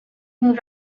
moved